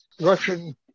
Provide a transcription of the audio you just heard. Russian